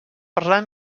parlar